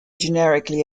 generically